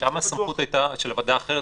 שם הסמכות הייתה של הוועדה האחרת,